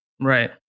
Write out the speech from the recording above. Right